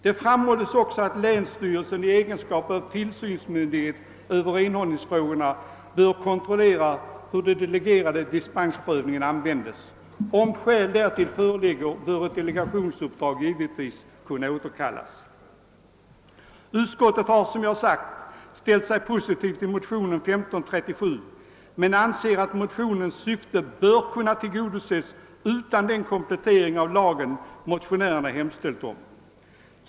Det framhålls också att länsstyrelsen i egenskap av tillsynsmyndighet över renhållningsfrågorna bör kontrollera hur den delegerade dispensbefogenheten används. Om skäl därtill föreligger bör ett delegationsuppdrag givetvis kunna återkallas. Utskottet har som jag sagt ställt sig positivt till motionen II: 1537 men anser att motionens syfte bör kunna tillgodoses utan den komplettering av lagen motionärerna hemställt om.